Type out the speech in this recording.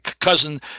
cousin